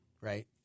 right